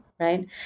Right